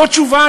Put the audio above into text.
זו תשובה?